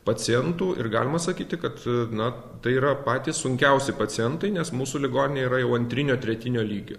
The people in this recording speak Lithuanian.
pacientų ir galima sakyti kad na tai yra patys sunkiausi pacientai nes mūsų ligoninė yra jau antrinio tretinio lygio